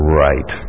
right